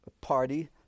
party